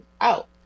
out